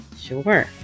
Sure